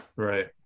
Right